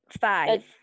five